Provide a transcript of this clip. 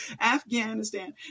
afghanistan